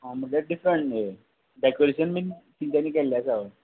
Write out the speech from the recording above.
म्हणल्यार डिफरण हें डॅकोरेशन बी तेंच्यानी केल्लें आसा